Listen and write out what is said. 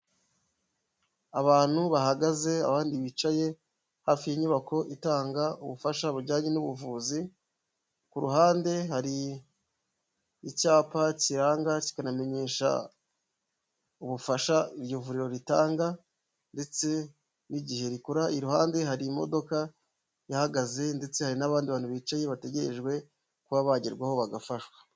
Abantu bahagaze, abandi bicaye hafi y'inyubako itanga ubufasha bujyanye n'ubuvuzi, ku ruhande hari icyapa kiranga kikanamenyesha ubufasha iryo vuriro ritanga ndetse n'igihe rikora, iruhande hari imodoka ihagaze ndetse hari n'abandi bantu bicaye bategerejwe kuba bagerwaho bagafashwa.